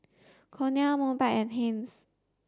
Cornell Mobike and Heinz